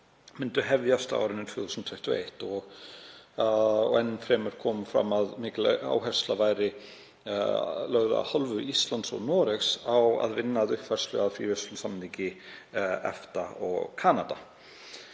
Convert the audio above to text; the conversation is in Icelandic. myndu hefjast á árinu 2021. Enn fremur kom fram að mikil áhersla væri lögð af hálfu Íslands og Noregs á að vinna að uppfærslu á fríverslunarsamningi EFTA við Kanada.